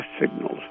signals